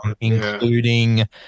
including –